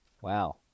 Wow